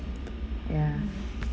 ya